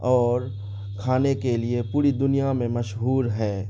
اور کھانے کے لیے پوری دنیا میں مشہور ہے